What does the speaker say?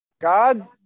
God